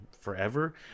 forever